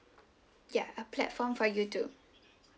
ya a platform for you to